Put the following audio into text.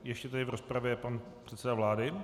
Ještě v rozpravě pan předseda vlády.